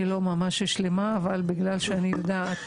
אני לא ממש שלמה, אבל אני יודעת